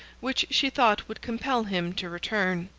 which she thought would compel him to return.